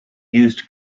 used